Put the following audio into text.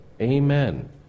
Amen